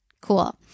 Cool